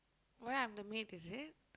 why I'm the maid is it